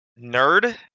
nerd